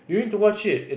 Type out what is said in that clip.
you need to watch it it